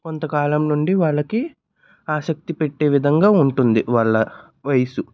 కొంత కాలంనుండి వాళ్ళకి ఆసక్తి పెట్టేవిధంగా ఉంటుంది వాళ్ళ వయస్సు